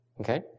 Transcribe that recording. Okay